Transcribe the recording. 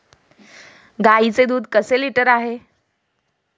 गाईचे दूध कसे लिटर आहे?